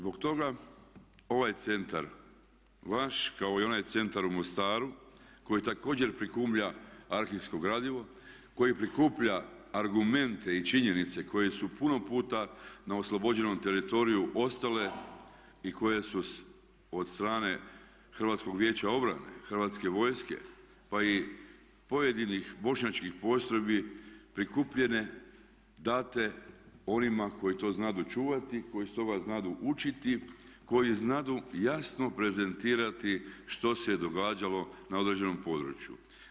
Zbog toga ovaj centar vaš kao i onaj centar u Mostaru koji također prikuplja arhivsko gradivo, koji prikuplja argumente i činjenice koje su puno puta na oslobođenom teritoriju ostale i koje su od strane Hrvatskog vijeća obrane, Hrvatske vojske, pa i pojedinih bošnjačkih postrojbi prikupljene, date onima koji to znadu čuvati, koji iz toga znadu učiti, koji znadu jasno prezentirati što se događalo na određenom području.